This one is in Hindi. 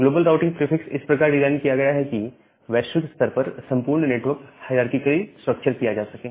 ग्लोबल राउटिंग प्रीफिक्स इस प्रकार डिजाइन किया गया है कि वैश्विक स्तर पर संपूर्ण नेटवर्क हायरारकीकली स्ट्रक्चर किया जा सके